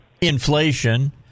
inflation